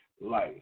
life